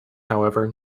however